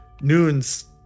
Noon's